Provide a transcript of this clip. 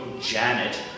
Janet